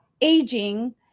aging